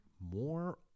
more